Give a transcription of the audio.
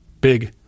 big